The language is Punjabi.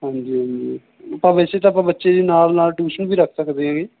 ਹਾਂਜੀ ਹਾਂਜੀ ਆਪਾਂ ਵੈਸੇ ਤਾਂ ਆਪਾਂ ਬੱਚੇ ਦੀ ਨਾਲ ਨਾਲ ਟੂਸ਼ਨ ਵੀ ਰੱਖ ਸਕਦੇ ਹੈਂਗੇ